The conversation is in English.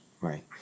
right